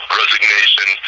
resignation